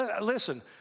Listen